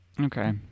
okay